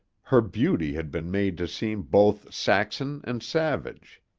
her beauty had been made to seem both saxon and savage.